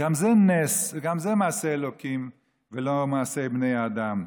גם זה נס וגם זה מעשה אלוקים ולא מעשה בני האדם.